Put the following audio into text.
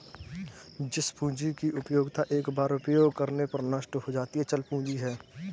जिस पूंजी की उपयोगिता एक बार उपयोग करने पर नष्ट हो जाती है चल पूंजी है